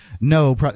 no